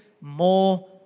more